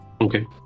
Okay